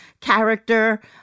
character